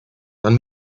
dann